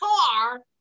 car